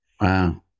Wow